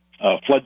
flood